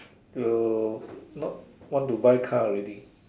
will not want to buy car already